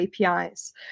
APIs